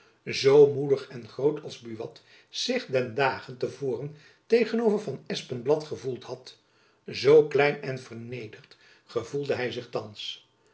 zoo moedig en groot als buat zich den dag te voren tegen-over van espenblad gevoeld had zoo klein en vernederd gevoelde hy zich thands